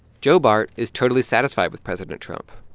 joe bart is totally satisfied with president trump.